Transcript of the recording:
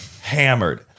hammered